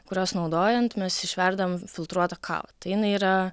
kuriuos naudojant mes išverdam filtruotą kavą tai jinai yra